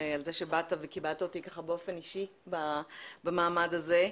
על זה שבאת וכיבדת אותי באופן אישי במעמד הזה.